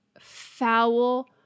foul